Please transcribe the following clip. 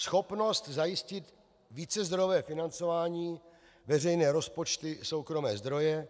Schopnost zajistit vícezdrojové financování, veřejné rozpočty, soukromé zdroje.